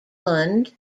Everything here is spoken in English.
lund